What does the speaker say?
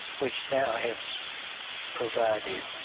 which thou hast provided?